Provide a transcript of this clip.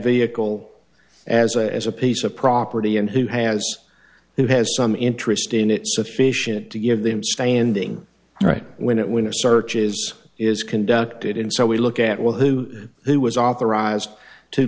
vehicle as a as a piece of property and who has who has some interest in it sufficient to give them standing right when it when a search is is conducted and so we look at will who who was authorized to